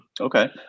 Okay